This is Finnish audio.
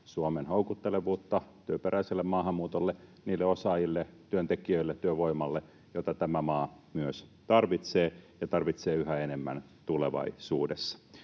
Suomen houkuttelevuutta työperäiselle maahanmuutolle, niille osaajille, työntekijöille, työvoimalle, joita tämä maa tarvitsee ja tarvitsee yhä enemmän tulevaisuudessa.